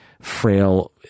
frail